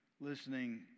listening